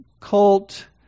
cult